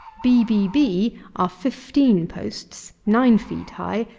b b b are fifteen posts, nine feet high,